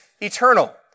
eternal